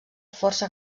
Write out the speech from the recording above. força